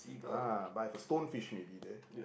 ah but I have a stonefish may be there